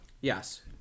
Yes